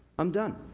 i'm done,